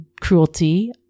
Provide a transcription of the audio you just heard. Cruelty